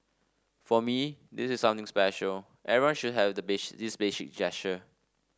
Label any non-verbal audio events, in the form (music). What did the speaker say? for me this is something special everyone should have the (unintelligible) this basic gesture